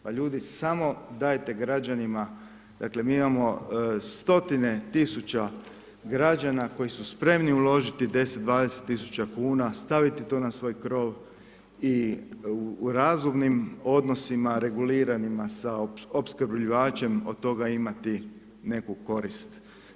Pa ljudi, samo dajte građanima, dakle, mi imamo stotine tisuće građana koji su spremni uložiti 10, 20 tisuća kn staviti to na svoj krov i u razumnim odnosima reguliranima sa opskrbljivačem od toga imati neku korist.